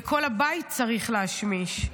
ואת כל הבית צריך להשמיש,